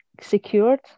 secured